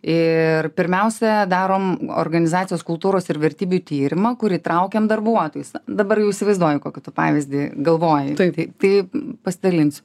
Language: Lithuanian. ir pirmiausia darom organizacijos kultūros ir vertybių tyrimą kur įtraukiam darbuotojus dabar jau įsivaizduoju kokį tu pavyzdį galvoji tai tai pasidalinsiu